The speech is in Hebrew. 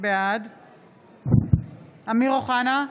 בעד אמיר אוחנה,